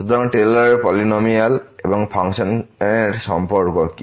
সুতরাং টেলরের polynomial Taylor's polynomial এবং ফাংশনের সম্পর্ক কি